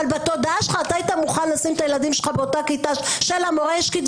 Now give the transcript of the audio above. אבל בתודעה שלך היית מוכן לשים את הילדים שלך באותה כיתה שהוא מלמד?